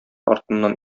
артыннан